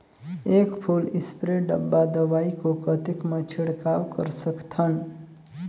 एक full spray डब्बा दवाई को कतेक म छिड़काव कर सकथन?